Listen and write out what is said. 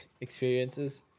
experiences